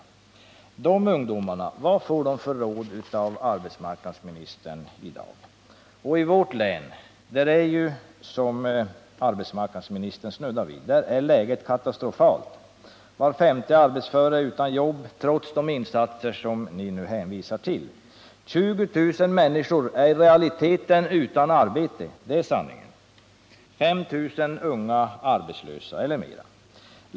Vad får de ungdomar som drabbas av detta för råd av arbetsmarknadsministern i dag? I vårt län är ju, som arbetsmarknadsministern snuddade vid, arbetsmarknadsläget katastrofalt. Var femte arbetsför är utan jobb, trots de insatser som arbetsmarknadsministern nu hänvisar till. Sanningen är den att 20000 människor i realiteten är utan arbete och att vi har minst 5 000 unga arbetslösa.